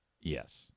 yes